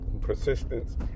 persistence